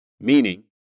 Meaning